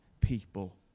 people